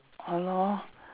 ah lor